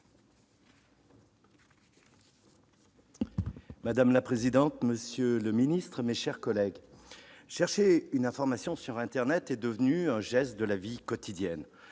Madame la présidente, monsieur le ministre, mes chers collègues, chercher une information sur internet est devenu un geste de la vie quotidienne.